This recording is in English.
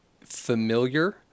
familiar